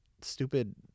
stupid